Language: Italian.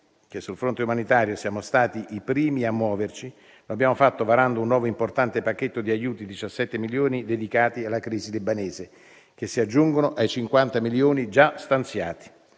che sul fronte umanitario siamo stati i primi a muoverci. Lo abbiamo fatto varando un nuovo importante pacchetto di aiuti (17 milioni) dedicati alla crisi libanese, che si aggiungono ai 50 milioni già stanziati.